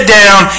down